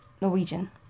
Norwegian